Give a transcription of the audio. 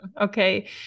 Okay